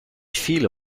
viele